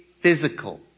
physical